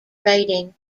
writing